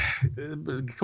Come